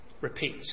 repeat